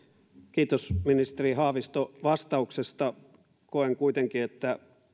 kiitos ministeri haavisto vastauksesta koen kuitenkin että